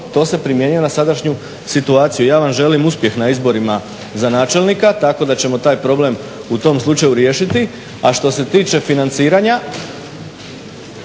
to se primjenjuje na sadašnju situaciju. Ja vam želim uspjeh na izborima za načelnika, tako da ćemo taj problem u tom slučaju riješiti. A što se tiče financiranja,